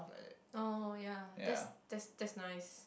oh ya that's that's that's nice